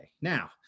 Now